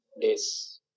days